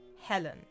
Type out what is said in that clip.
Helen